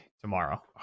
tomorrow